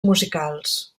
musicals